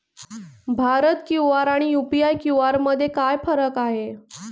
Bharat QR आणि UPI QR मध्ये काय फरक आहे?